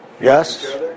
Yes